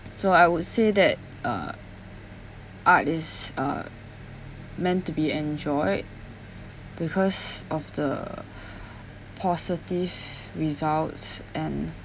so I would say that uh artist is uh meant to be enjoyed because of the positive results and